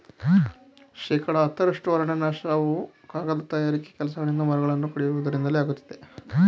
ಶೇಕಡ ಹತ್ತರಷ್ಟು ಅರಣ್ಯನಾಶವು ಕಾಗದ ತಯಾರಿಕೆ ಕೆಲಸಗಳಿಗೆ ಮರಗಳನ್ನು ಕಡಿಯುವುದರಿಂದಲೇ ಆಗುತ್ತಿದೆ